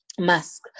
Mask